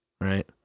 right